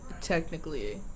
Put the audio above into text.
technically